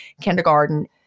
kindergarten